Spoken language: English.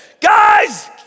guys